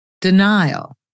denial